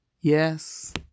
Yes